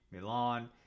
Milan